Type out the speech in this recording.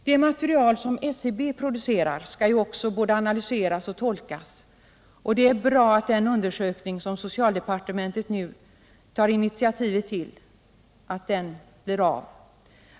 Det material som SCB producerar skall ju också både analyseras och tolkas, och det är bra att den undersökning som socialdepartementet nu tar initiativet till blir av.